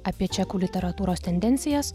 apie čekų literatūros tendencijas